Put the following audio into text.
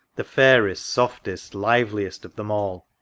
the fairest, softest, liveliest of them all!